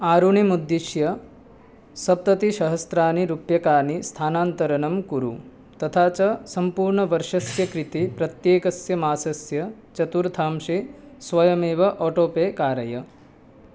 आरुणिमुद्दिश्य सप्ततिसहस्राणि रूप्यकाणि स्थानान्तरं कुरु तथा च सम्पूर्णवर्षस्य कृते प्रत्येकस्य मासस्य चतुर्थांशे स्वयमेव आटो पे कारय